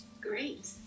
great